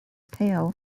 pale